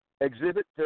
Exhibit